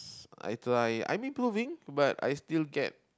i try I'm improving but I still get